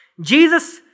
Jesus